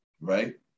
right